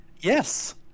Yes